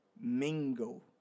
Mingo